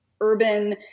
urban